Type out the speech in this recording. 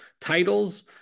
titles